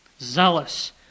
zealous